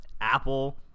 apple